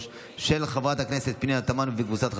דחיית תשלום היטל השבחה אגב גירושין),